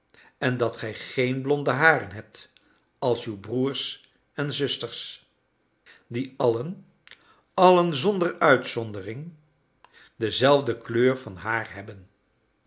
en dat gij geen blonde haren hebt als uw broers en zusters die allen allen zonder uitzondering dezelfde kleur van haar hebben